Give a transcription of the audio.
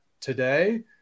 today